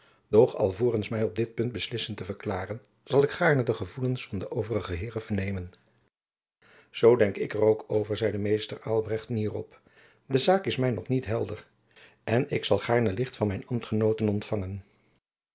doch alvorens my op dit punt beslissend te verklaren zal ik gaarne de gevoelens van de overige heeren vernemen zoo denk ik er ook over zeide mr aelbrecht nierop de zaak is my nog niet helder en ik zal gaarne licht van mijn ambtgenooten ontfangen